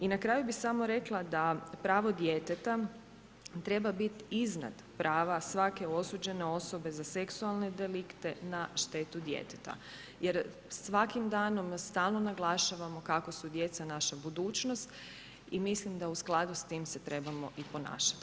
I na kraju bi samo rekla da pravo djeteta treba biti iznad prava svake osuđene osobe za seksualne delikte na štetu djeteta jer svakim danom stalni naglašavamo kako su djeca naša budućnost i mislim da u skladu s tim se trebamo i ponašati.